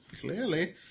clearly